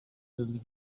building